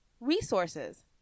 resources